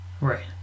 right